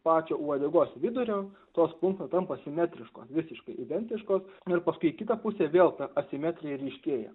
pačio uodegos vidurio tos plunksnos tampa simetriškos visiškai identiškos ir paskui į kitą pusę vėl asimetrija ryškėja